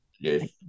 Yes